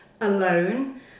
alone